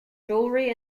jewellery